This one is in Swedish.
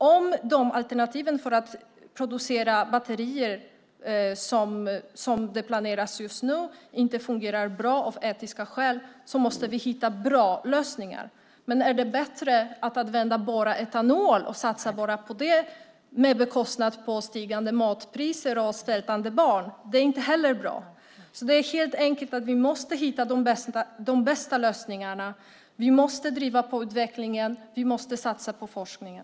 Om de alternativ för att producera batterier som planeras just nu inte fungerar bra av etiska skäl måste vi hitta bra lösningar. Men är det bättre att bara använda etanol och satsa på det med stigande matpriser och svältande barn som följd? Det är inte heller bra. Vi måste helt enkelt hitta de bästa lösningarna. Vi måste driva på utvecklingen. Vi måste satsa på forskningen.